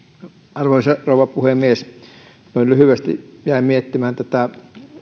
arvoisa rouva puhemies puhun lyhyesti jäin miettimään tätä